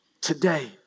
today